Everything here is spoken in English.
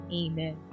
amen